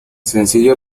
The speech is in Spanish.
sencillo